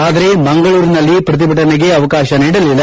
ಆದರೆ ಮಂಗಳೂರಿನಲ್ಲಿ ಪ್ರತಿಭಟನೆಗೆ ಅವೆಕಾಶ ನೀಡಲಿಲ್ಲ